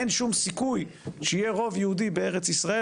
אין שום סיכוי שיהיה רוב יהודי בארץ ישראל",